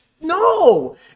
No